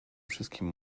wszystkim